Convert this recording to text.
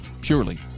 purely